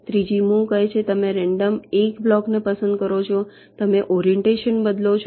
ત્રીજી મુવ કહે છે કે તમે રેન્ડમ એક બ્લોક પસંદ કરો છો તમે ઓરિએન્ટેશન બદલો છો